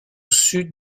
sud